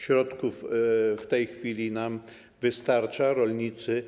Środków w tej chwili nam wystarcza, rolnicy